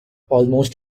almost